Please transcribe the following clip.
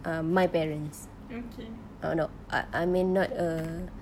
um my parents err no I mean not err err macam